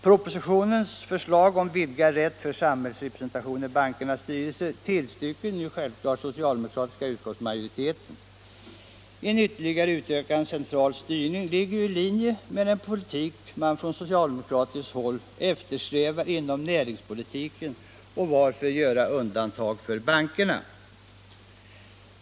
Propositionens förslag om vidgad rätt för samhällsrepresentation i bankernas styrelser tillstyrks självklart av den socialdemokratiska utskottsmajoriteten. En ytterligare utökad central styrning ligger ju i linje med den politik man från socialdemokratiskt håll eftersträvar inom näringspolitiken, och varför göra undantag för bankerna?